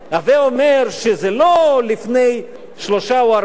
הווי אומר שזה לא לפני שלושה או ארבעה